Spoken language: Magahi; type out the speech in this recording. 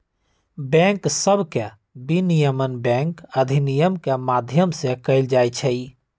बैंक सभके विनियमन बैंक अधिनियम के माध्यम से कएल जाइ छइ